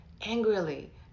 angrily